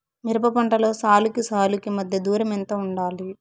మిరప పంటలో సాలుకి సాలుకీ మధ్య దూరం ఎంత వుండాలి?